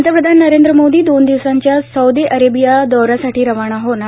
पंतप्रधान नरेंद्र मोदी दोन दिवसांच्या सौदी अरेबिया दौऱ्यासाठी रवाना होणार